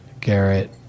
Garrett